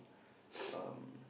um